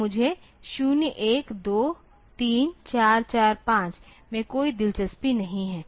तो मुझे 0 1 2 3 4 4 5 में कोई दिलचस्पी नहीं है